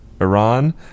Iran